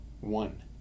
One